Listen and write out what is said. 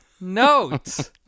note